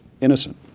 innocent